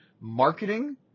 marketing